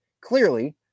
Clearly